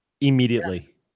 immediately